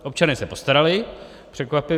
Občané se postarali, překvapivě.